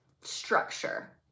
structure